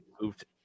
moved